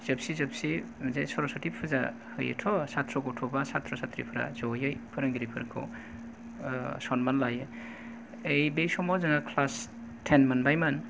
जोबसि जोबसि जे सरसथि फुजा होयोथ' साथ्र' गथ'बा साथ्र' साथ्रि जयै फोरोंगिरिफोरखौ ओ सनमान लायो ओ बे समाव जोङो क्लास थेन' मोनबाय मोन